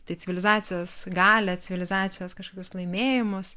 tai civilizacijos galią civilizacijos kažkokius laimėjimus